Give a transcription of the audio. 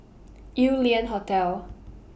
Yew Lian Hotel